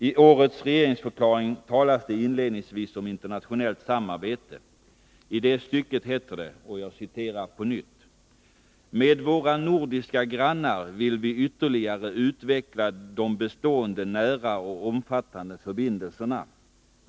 I årets regeringsförklaring talas det inledningsvis om ett internationellt samarbete. I det stycket heter det: ”Med våra nordiska grannar vill vi ytterligare utveckla de bestående nära och omfattande förbindelserna.